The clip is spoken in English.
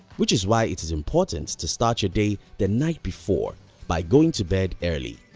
which is why it is important to start your day the night before by going to bed early.